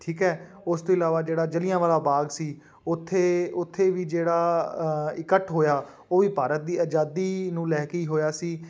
ਠੀਕ ਹੈ ਉਸ ਤੋਂ ਇਲਾਵਾ ਜਿਹੜਾ ਜਲਿਆਂਵਾਲਾ ਬਾਗ ਸੀ ਉੱਥੇ ਉੱਥੇ ਵੀ ਜਿਹੜਾ ਇਕੱਠ ਹੋਇਆ ਉਹ ਵੀ ਭਾਰਤ ਦੀ ਆਜ਼ਾਦੀ ਨੂੰ ਲੈ ਕੇ ਹੀ ਹੋਇਆ ਸੀ